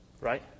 right